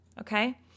okay